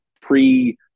pre